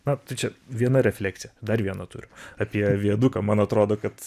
na tai čia viena reflekcija dar vieną turiu apie viaduką man atrodo kad